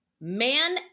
man